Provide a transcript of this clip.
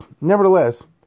nevertheless